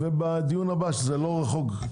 בדיון הבא שהוא לא רחוק.